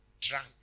drunk